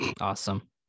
Awesome